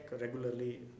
regularly